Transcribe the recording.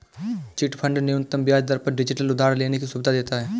chit fund न्यूनतम ब्याज दर पर डिजिटल उधार लेने की सुविधा देता है